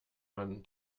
man